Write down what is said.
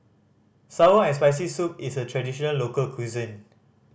sour and Spicy Soup is a traditional local cuisine